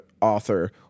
Author